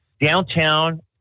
downtown